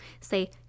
Say